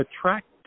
attract